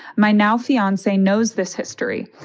my now fiancee knows this history.